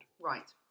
Right